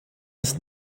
ist